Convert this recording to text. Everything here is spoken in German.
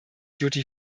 duty